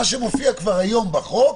מה שמופיע היום בחוק,